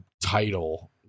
title